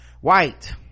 White